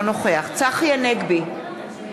אינו נוכח צחי הנגבי,